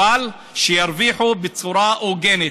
אבל שירוויחו בצורה הוגנת.